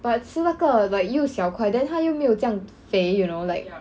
but 吃那个 like 又小块 then 它又没有这样肥 you know like